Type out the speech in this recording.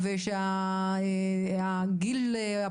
על היכולת של הכנסת לעצור אולי בעוד ארבע